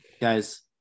guys